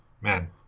man